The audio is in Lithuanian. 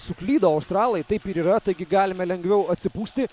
suklydo australai taip ir yra taigi galime lengviau atsipūsti